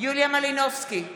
יוליה מלינובסקי קונין,